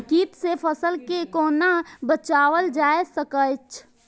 कीट से फसल के कोना बचावल जाय सकैछ?